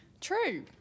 True